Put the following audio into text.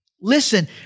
Listen